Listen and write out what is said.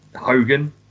Hogan